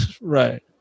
Right